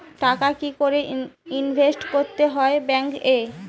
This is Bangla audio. টাকা কি করে ইনভেস্ট করতে হয় ব্যাংক এ?